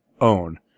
own